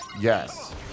Yes